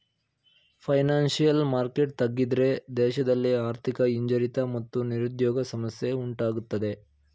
financial market ತಗ್ಗಿದ್ರೆ ದೇಶದಲ್ಲಿ ಆರ್ಥಿಕ ಹಿಂಜರಿತ ಮತ್ತು ನಿರುದ್ಯೋಗ ಸಮಸ್ಯೆ ಉಂಟಾಗತ್ತದೆ